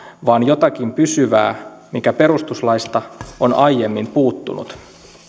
vaan jotakin pysyvää mikä perustuslaista on aiemmin puuttunut